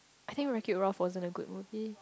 I think Wreck It Ralph wasn't a good movie